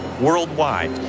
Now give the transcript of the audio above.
worldwide